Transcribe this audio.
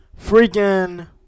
freaking